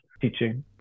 teaching